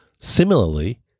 Similarly